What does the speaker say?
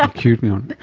ah cued me on it!